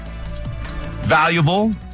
Valuable